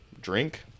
drink